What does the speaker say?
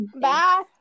bye